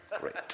great